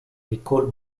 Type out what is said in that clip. nicole